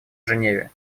женеве